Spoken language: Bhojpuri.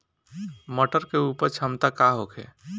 मटर के उपज क्षमता का होखे?